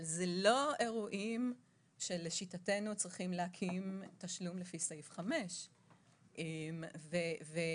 אבל אלה לא אירועים שלשיטתנו צריכים להקים תשלום לפי סעיף 5. ולכן